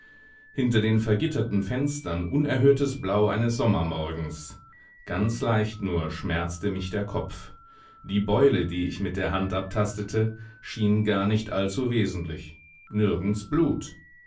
hinter den vergitterten fenstern unerhörtes blau eines sommermorgens ganz leicht nur schmerzte mich der kopf die beule die ich mit der hand abtastete schien gar nicht allzu wesentlich nirgends blut